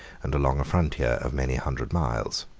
and along a frontier of many hundred miles.